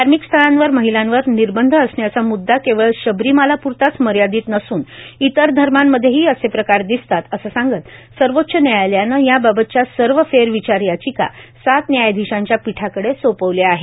धर्मिक स्थळांवर महिलांवर निर्बंध असण्याचा मुददा केवळ शबरीमालापुरताच मर्यादित नसून इतर धर्मांमधेही असे प्रकार दिसतात असं सांगत सर्वोच्च न्यायालयानं याबाबतच्या सर्व फेरविचार याचिका सात न्यायाधिशांच्या पीठाकडे सोपवल्या आहेत